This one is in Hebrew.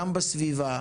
גם בסביבה,